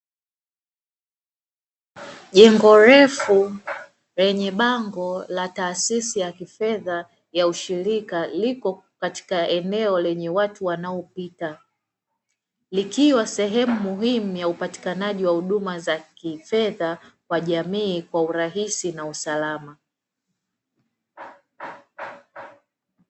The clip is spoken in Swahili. Jengo refu lenye bango la taasisi ya kifedha ya ushirika iko katika eneo lenye watu wanaopita, likiwa sehemu muhimu ya upatikanaji wa huduma za kifedha kwa jamii kwa urahisi na usalama.